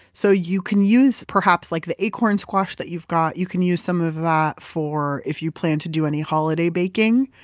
so you can use some, perhaps, like the acorn squash that you've got. you can use some of that for if you plan to do any holiday baking,